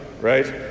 right